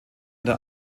der